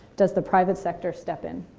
does the private sector step in?